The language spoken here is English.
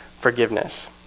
forgiveness